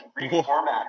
reformat